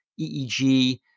EEG